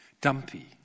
Dumpy